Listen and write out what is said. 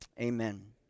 amen